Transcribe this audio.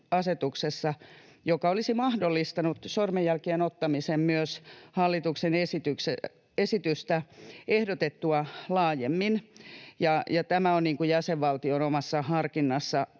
joka olisi mahdollistanut sormenjälkien ottamisen myös hallituksen esitystä ehdotettua laajemmin. Tämä on jäsenvaltion omassa harkinnassa,